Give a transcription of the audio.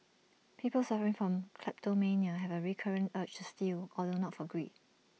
people suffering from kleptomania have A recurrent urge to steal although not for greed